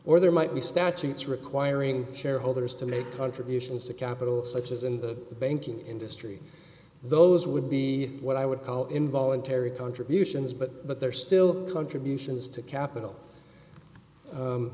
or there might be statutes requiring shareholders to make contributions to capital such as in the banking industry those would be what i would call involuntary contributions but but they're still contributions to capital